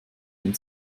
den